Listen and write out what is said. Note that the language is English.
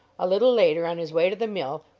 a little later, on his way to the mill,